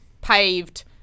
paved